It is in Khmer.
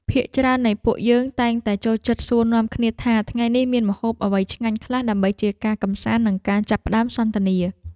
ភាគច្រើននៃពួកយើងតែងតែចូលចិត្តសួរនាំគ្នាថាថ្ងៃនេះមានម្ហូបអ្វីឆ្ងាញ់ខ្លះដើម្បីជាការកម្សាន្តនិងការចាប់ផ្តើមសន្ទនា។